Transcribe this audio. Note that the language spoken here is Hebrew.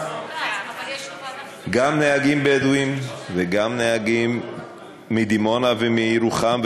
גם נהגים בדואים וגם נהגים מדימונה ומירוחם,